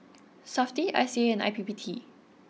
Safti I C A and I P P T